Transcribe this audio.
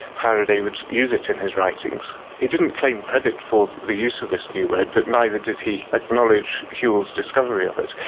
faraday would use it in his writings. he didn't claim credit for the use of this new word but neither did he acknowledge whewell's discovery of it.